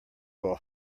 will